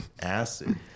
acid